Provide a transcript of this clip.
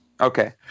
Okay